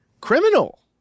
criminal